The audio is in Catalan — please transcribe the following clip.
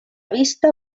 vista